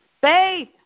Faith